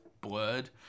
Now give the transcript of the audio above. blurred